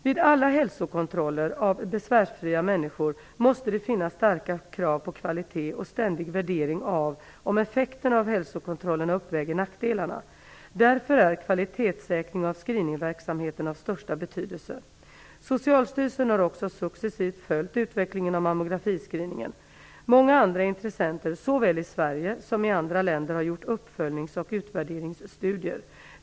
Vid alla hälsokontroller av besvärsfria människor måste det finnas starka krav på kvalitet och ständig värdering av om effekterna av hälsokontrollerna uppväger nackdelarna. Därför är kvalitetssäkring av screeningverksamheten av största betydelse. Socialstyrelsen har också successivt följt utvecklingen av mammografiscreeningen. Många andra intressenter, såväl i Sverige som i andra länder, har gjort uppföljnings och utvärderingsstudier.